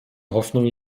hoffnung